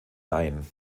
ein